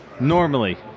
Normally